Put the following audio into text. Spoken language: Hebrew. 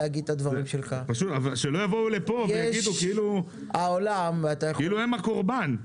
שלא יבואו לפה ויציגו את עצמם כאילו הם הקורבן.